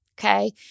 Okay